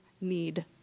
need